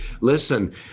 listen